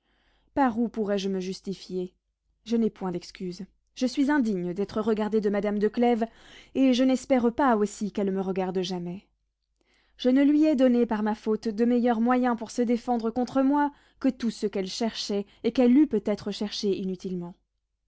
par où pourrais-je me justifier je n'ai point d'excuse je suis indigne d'être regardé de madame de clèves et je n'espère pas aussi qu'elle me regarde jamais je ne lui ai donné par ma faute de meilleurs moyens pour se défendre contre moi que tous ceux qu'elle cherchait et qu'elle eût peut-être cherchés inutilement